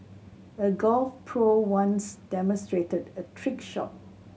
a golf pro once demonstrated a trick shot